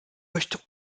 möchte